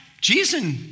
Jesus